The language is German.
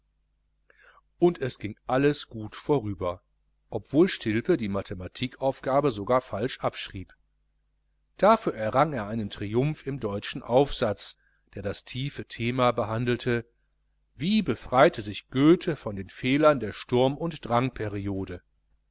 und es ging alles gut vorüber obwohl stilpe die mathematikaufgabe sogar falsch abschrieb dafür errang er einen triumph im deutschen aufsatz der das tiefe thema behandelte wie befreite sich goethe von den fehlern der sturm und